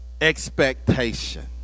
expectation